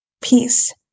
Peace